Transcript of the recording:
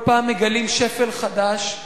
כל פעם מגלים שפל חדש.